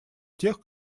тех